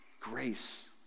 Grace